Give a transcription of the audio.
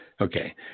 Okay